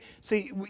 see